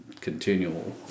continual